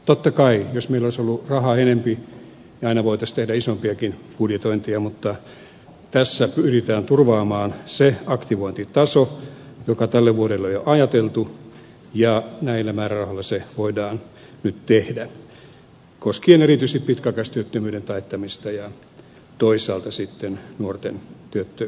totta kai jos meillä olisi ollut rahaa enempi aina voitaisiin tehdä isompiakin budjetointeja mutta tässä pyritään turvaamaan se aktivointitaso joka tälle vuodelle on jo ajateltu ja näillä määrärahoilla se voidaan nyt tehdä koskien erityisesti pitkäaikaistyöttömyyden taittamista ja toisaalta sitten nuorten työttömyyden taittamista